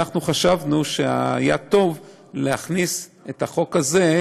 אנחנו חשבנו שהיה טוב להכניס את החוק הזה,